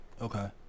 Okay